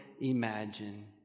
imagine